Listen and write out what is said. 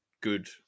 good